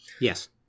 yes